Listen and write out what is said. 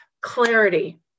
clarity